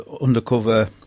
undercover